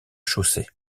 chaussée